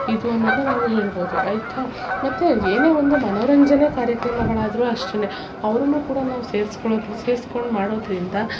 ಇದು ಅನ್ನೋದ್ನ ನಾವು ಹೇಳ್ಬೋದು ಆಯಿತಾ ಮತ್ತು ಏನೇ ಒಂದು ಮನರಂಜನೆ ಕಾರ್ಯಕ್ರಮಗಳಾದರು ಅಷ್ಟೆ ಅವ್ರನ್ನು ಕೂಡ ನಾವು ಸೇರ್ಸ್ಕೊಳೋದು ಸೇರ್ಸ್ಕೊಂಡು ಮಾಡೋದರಿಂದ